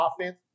offense